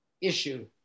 issue